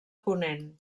ponent